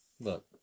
look